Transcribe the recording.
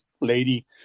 lady